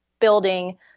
building